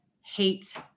hate